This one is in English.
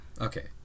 Okay